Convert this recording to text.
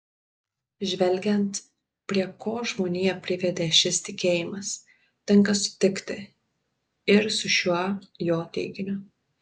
žvelgiant prie ko žmoniją privedė šis tikėjimas tenka sutikti ir su šiuo jo teiginiu